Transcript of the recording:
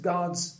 God's